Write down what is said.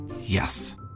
Yes